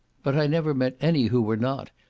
but i never met any who were not,